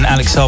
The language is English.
Alex